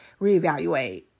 reevaluate